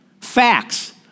facts